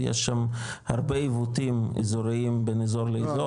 יש שם הרבה עיוותים אזוריים בין אזור לאזור